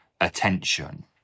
attention